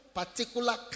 particular